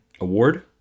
award